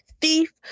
Thief